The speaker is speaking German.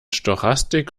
stochastik